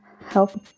help